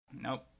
Nope